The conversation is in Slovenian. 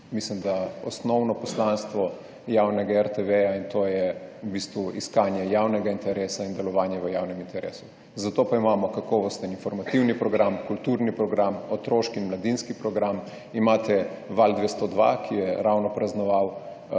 mislim, da osnovno poslanstvo javnega RTV, in to je v bistvu iskanje javnega interesa in delovanja v javnem interesu. Zato pa imamo kakovosten informativni program, kulturni program, otroški in mladinski program, imate VAL 202, ki je ravno praznoval